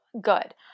good